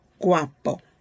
guapo